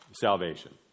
salvation